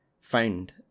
found